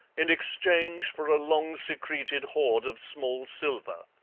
in exchange for a long-secreted hoard of small silver.